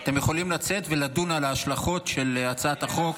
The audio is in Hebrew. אתם יכולים לצאת ולדון על ההשלכות של הצעת החוק,